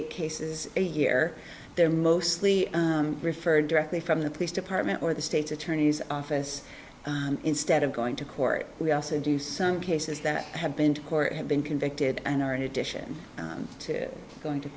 eight cases a year they're mostly referred directly from the police department or the state's attorney's office instead of going to court we also do some cases that have been to court have been convicted and are in addition to goin